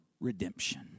redemption